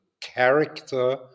character